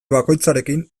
bakoitzarekin